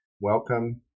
Welcome